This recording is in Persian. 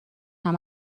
همه